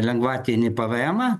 lengvatinį pėvėemą